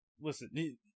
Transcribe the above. listen